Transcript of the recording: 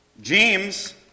James